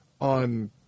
on